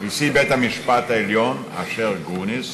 נשיא בית-המשפט העליון אשר גרוניס,